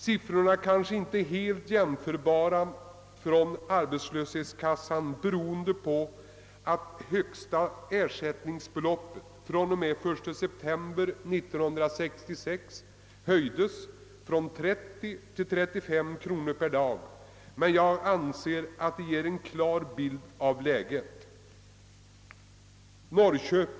Beloppen är kanske inte helt jämförbara, eftersom högsta ersättningsbeloppet från och med 1 september 1966 höjdes från 30 till 35 kronor per dag, men jag anser ändå att uppställningen ger en klar bild av läget.